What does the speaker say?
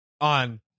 on